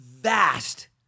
vast